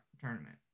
tournament